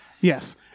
Yes